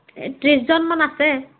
এই ত্ৰিছজনমান আছে